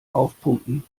aufpumpen